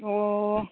অ'